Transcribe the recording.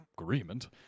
agreement